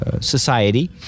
society